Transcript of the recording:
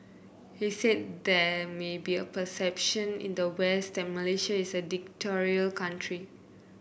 he said there may be a perception in the West that Malaysia is a dictatorial country